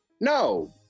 no